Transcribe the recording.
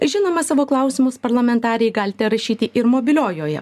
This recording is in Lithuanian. žinoma savo klausimus parlamentarei galite rašyti ir mobiliojoje